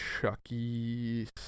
Chucky